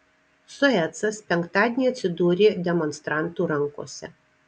suecas penktadienį atsidūrė demonstrantų rankose